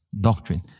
doctrine